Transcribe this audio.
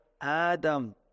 Adam